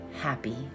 happy